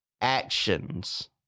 actions